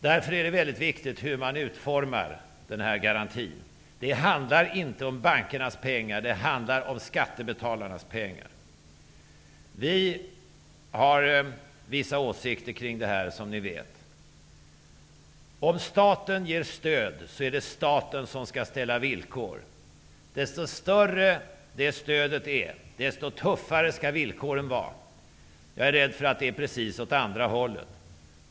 Därför är det väldigt viktigt hur man utformar den här garantin. Det handlar inte om bankernas pengar. Det handlar om skattebetalarnas pengar. Vi har vissa åsikter kring det här, som ni vet. Om staten ger stöd, är det staten som skall ställa villkor. Ju större det stödet är, desto tuffare skall villkoren vara. Jag är rädd för att det är precis åt andra hållet.